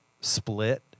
split